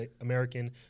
American